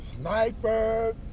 sniper